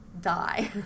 die